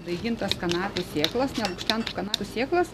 daigintas kanapių sėklos nelukštentos kanapių sėklos